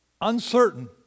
uncertain